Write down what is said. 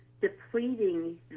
depleting